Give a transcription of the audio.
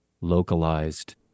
localized